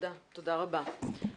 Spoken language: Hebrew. תודה רבה.